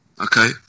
Okay